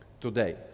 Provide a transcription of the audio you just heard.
today